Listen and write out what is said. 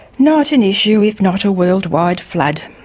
not an issue with not a worldwide flood.